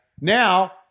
now